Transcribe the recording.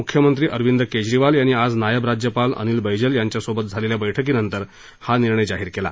म्ख्यमंत्री अरविंद केजरीवाल यांनी आज नायब राज्यपाल अनिल बैजल यांच्यासोबत झालेल्या बैठकीनंतर हा निर्णय जाहीर केला